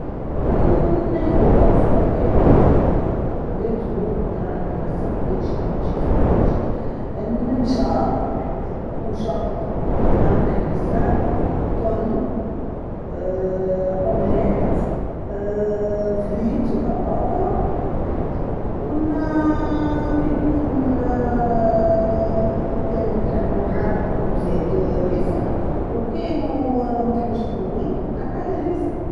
نأخذ خبز باغيت خبز الباغيت تاع الساندويتش إلي يمشي الساندويتش ننشر ونشق نعمل هريسة تون اااا أومليت اااا فريت بطاطا ونااااا ويكون ااااا كان تحبه حر بزيادة هريسة وكانوا متحبش حروريه أقل هريسة.